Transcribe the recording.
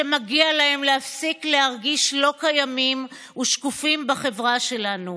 שמגיע להם להפסיק להרגיש לא קיימים ושקופים בחברה שלנו.